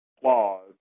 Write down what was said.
clause